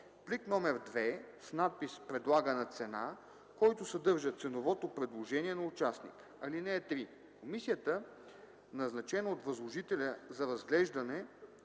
плик № 2 с надпис „Предлагана цена”, който съдържа ценовото предложение на участника. (3) Комисията, назначена от възложителя за разглеждане,